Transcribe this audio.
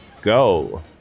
go